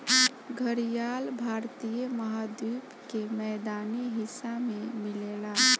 घड़ियाल भारतीय महाद्वीप के मैदानी हिस्सा में मिलेला